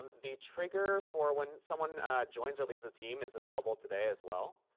the trigger for when someone joins or leaves a team is available today as well.